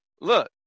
Look